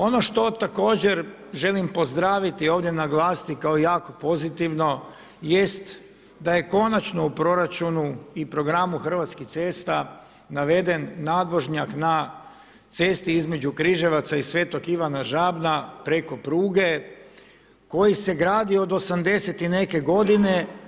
Ono što također želim pozdraviti i ovdje naglasiti kao jako pozitivno jest da je konačno u proračunu i programu Hrvatskih cesta naveden nadvožnjak na cesti između Križevaca i Svetog Ivana Žabna preko pruge koji se gradi od 80. i neke godine.